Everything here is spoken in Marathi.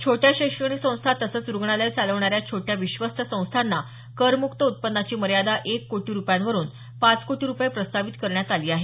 छोट्या शैक्षणिक संस्था तसंच रुग्णालयं चालवणाऱ्या छोट्या विश्वस्त संस्थांना करमुक्त उत्पन्नाची मर्यादा एक कोटी रुपयांवरून पाच कोटी रुपये प्रस्तावित करण्यात आली आहे